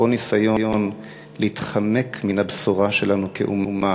כל ניסיון להתחמק מן הבשורה שלנו כאומה